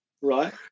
Right